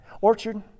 Orchard